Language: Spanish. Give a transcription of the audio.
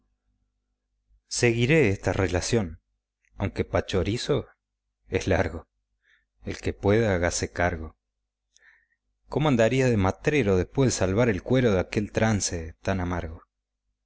seguiré esta relación aunque pa chorizo es largo el que pueda hágase cargo cómo andaría de matrero después de salvar el cuero de aquel trance tan amargo